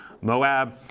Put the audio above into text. Moab